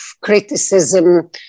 criticism